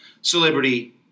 celebrity